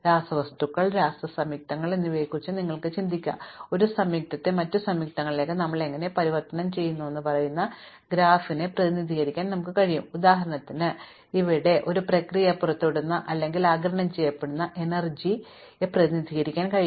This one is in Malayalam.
രാസവസ്തുക്കൾ രാസ സംയുക്തങ്ങൾ എന്നിവയെക്കുറിച്ച് നിങ്ങൾക്ക് ചിന്തിക്കാം ഒരു സംയുക്തത്തെ മറ്റ് സംയുക്തങ്ങളിലേക്ക് ഞങ്ങൾ എങ്ങനെ പരിവർത്തനം ചെയ്യുന്നുവെന്ന് പറയുന്ന ഗ്രാഫിനെ പ്രതിനിധീകരിക്കാൻ ഞങ്ങൾക്ക് കഴിയും ഉദാഹരണത്തിന് ഇവിടെ പ്രായഭാരത്തിന് ഈ പ്രക്രിയയിൽ പുറത്തുവിടുന്ന അല്ലെങ്കിൽ ആഗിരണം ചെയ്യപ്പെടുന്ന energy ർജ്ജത്തെ പ്രതിനിധീകരിക്കാൻ കഴിയും